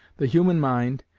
the human mind,